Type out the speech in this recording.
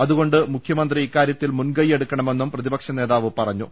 അതുകൊണ്ട് മുഖ്യമന്ത്രി ഇക്കാരൃത്തിൽ മുൻക യ്യെടുക്കണമെന്നും പ്രതിപക്ഷനേതാവ് പറഞ്ഞു